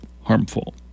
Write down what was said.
harmful